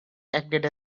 acted